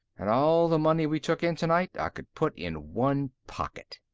and all the money we took in tonight i could put in one pocket!